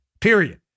period